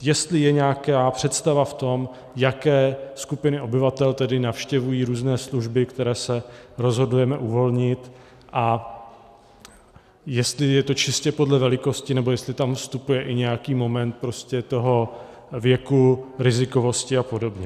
Jestli je nějaká představa v tom, jaké skupiny obyvatel navštěvují různé služby, které se rozhodujeme uvolnit, a jestli je to čistě podle velikosti, nebo jestli tam vstupuje i nějaký moment věku, rizikovosti apod.